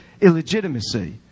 illegitimacy